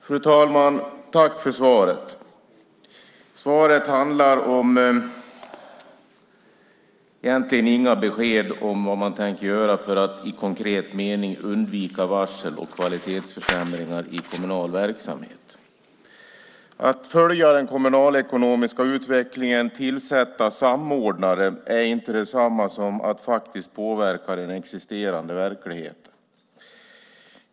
Fru talman! Tack för svaret, men Mats Odell ger egentligen inga besked om vad man i konkret mening tänker göra för att undvika varsel och kvalitetsförsämringar i kommunal verksamhet. Att följa den kommunalekonomiska utvecklingen och tillsätta samordnare är inte detsamma som att faktiskt påverka den existerande verkligheten.